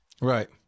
Right